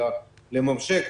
אלא לממשק,